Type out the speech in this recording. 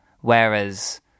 Whereas